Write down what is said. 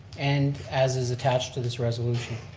and as is attached to this resolution.